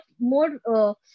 more